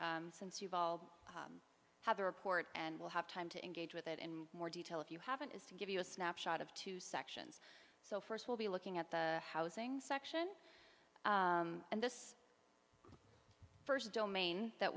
since you've all had the report and we'll have time to engage with it in more detail if you haven't is to give you a snapshot of two sections so first we'll be looking at the housing section and this first domain that